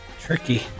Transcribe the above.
Tricky